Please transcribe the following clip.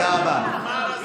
זה לא לעניין.